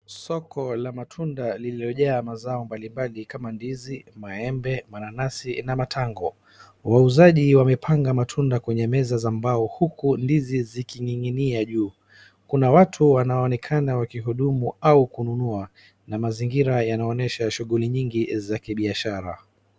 Siko la matunda lililojaa mazao mbali mbali kama ndizi, maembe, mananazi, na matango. Wauzaji wamepanga matunda kwenye meza za mbao huku ndizi zikininginia juu. Kuna watu wanaonekana wakihudumu au kununua na mazingira yanaonyesha shughuli nyingi za kibiashara.